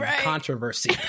controversy